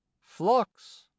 flux